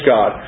God